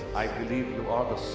i believe you are the